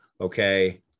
Okay